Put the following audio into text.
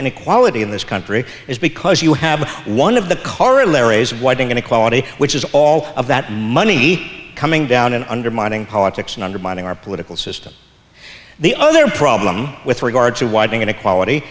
inequality in this country is because you have one of the corollaries wiping inequality which is all of that money coming down and undermining politics and undermining our political system the other problem with regard to widening inequality